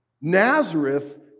Nazareth